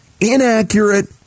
inaccurate